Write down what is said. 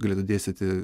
galėtų dėstyti